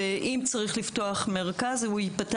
ואם צריך לפתוח מרכז, הוא ייפתח.